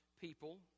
people